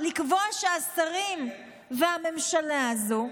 לקבוע שהשרים והממשלה הזו,